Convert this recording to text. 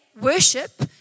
Worship